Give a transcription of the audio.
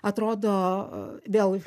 atrodo vėl